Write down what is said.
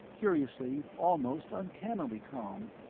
curiously, almost uncannily calm.